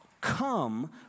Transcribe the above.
come